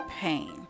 pain